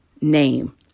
Name